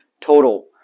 total